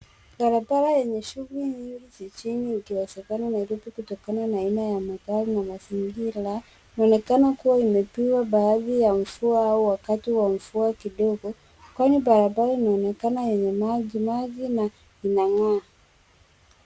Barabara yenye shughuli nyingi jijini ikiwezekana Nairobi kutokana na aina ya magari na mazingira. Inaonekana kuwa imepigwa baada ya mvua au wakati wa mvua kidogo, kwani barabara inaonekana yenye majimaji na inanyea.